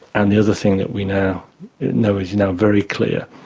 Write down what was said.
and the other thing that we now know is you know very clear,